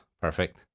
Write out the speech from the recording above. Perfect